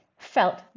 felt